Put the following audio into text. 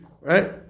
right